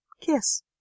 kiss